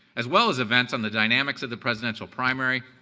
as well as events on the dynamics of the presidential primary,